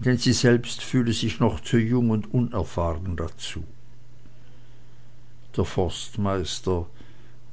denn sie selbst fühle sich noch zu jung und unerfahren dazu der forstmeister